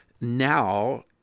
now